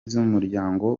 z’umuryango